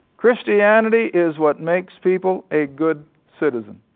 christianity is what makes people a good citizen.